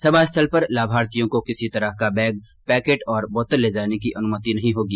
सभा स्थल पर लाभार्थियों को किसी तरह का बैग पैकेट और बोतल ले जाने की अनुमति नहीं होगी